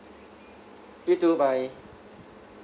you too bye